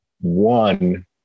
one